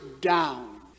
down